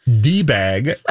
D-Bag